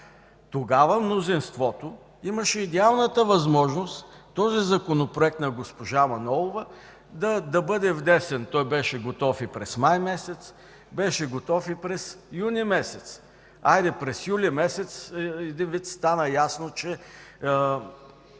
Тогава мнозинството имаше идеалната възможност Законопроектът на госпожа Манолова да бъде внесен. Той беше готов и през май месец, беше готов и през юни месец. Хайде, през юли месец един вид стана ясно, че